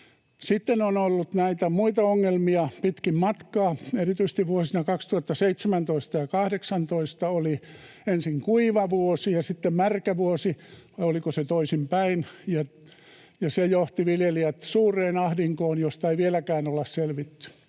Sitten on ollut näitä muita ongelmia pitkin matkaa, erityisesti vuosina 2017—18 oli ensin kuiva vuosi ja sitten märkä vuosi, vai oliko se toisinpäin, ja se johti viljelijät suureen ahdinkoon, josta ei vieläkään olla selvitty.